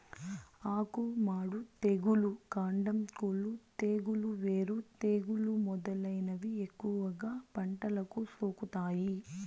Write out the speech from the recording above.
ఆకు మాడు తెగులు, కాండం కుళ్ళు తెగులు, వేరు తెగులు మొదలైనవి ఎక్కువగా పంటలకు సోకుతాయి